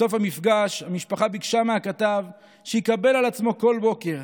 בסוף המפגש המשפחה ביקשה מהכתב שיקבל על עצמו כל בוקר,